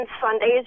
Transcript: Sundays